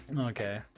Okay